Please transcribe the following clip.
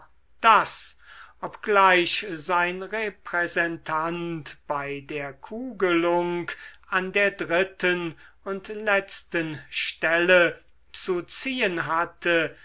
daß obgleich sein repräsentant bei der kugelung an der dritten und letzten stelle zu ziehen hatte